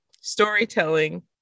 storytelling